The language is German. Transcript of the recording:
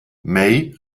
may